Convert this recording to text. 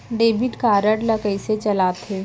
Debit card ला कइसे चलाते?